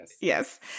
yes